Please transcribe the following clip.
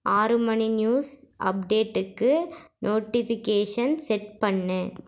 ஆறு மணி நியூஸ் அப்டேட்டுக்கு நோட்டிஃபிகேஷன் செட் பண்ணு